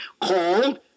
called